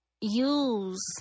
use